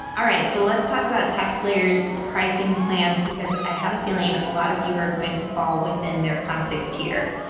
all right, so, let's talk about taxslayer's pricing plans because i have a feeling a lot of you are going to fall within their classic tier.